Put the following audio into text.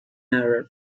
arab